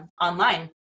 online